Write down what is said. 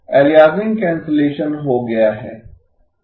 aliasing cancellation हो गया है